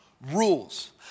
rules